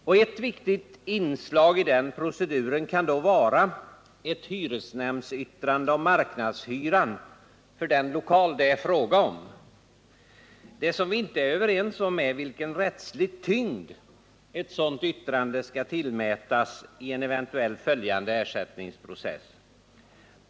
Och ett viktigt inslag i den proceduren kan då vara ett hyresnämndsyttrande om marknadshyran för den lokal det är fråga om. Det som vi inte är överens om är vilken rättslig tyngd ett sådant yttrande skall tillmätas i en eventuellt följande ersättningsprocess.